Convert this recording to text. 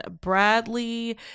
Bradley